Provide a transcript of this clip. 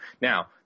Now